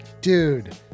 Dude